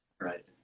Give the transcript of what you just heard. Right